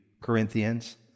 Corinthians